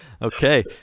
Okay